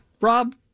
Rob